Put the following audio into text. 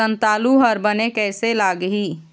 संतालु हर बने कैसे लागिही?